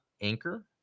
anchor